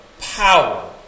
power